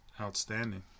outstanding